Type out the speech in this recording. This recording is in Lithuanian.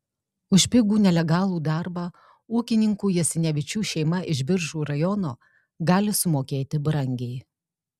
už pigų nelegalų darbą ūkininkų jasinevičių šeima iš biržų rajono gali sumokėti brangiai